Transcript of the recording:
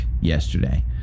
yesterday